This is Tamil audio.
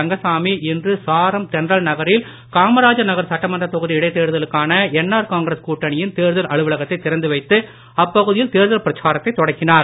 ரங்கசாமி இன்று சாரம் தென்றல் நகரில் காமராஜர் நகர் சட்டமன்றத் தொகுதி இடைத்தேர்தலுக்கான என்ஆர் காங்கிரஸ் கூட்டணியின் தேர்தல் அலுவலகத்தைத் திறந்து வைத்து அப்பகுதியில் தேர்தல் பிரச்சாரத்தைத் தொடக்கினார்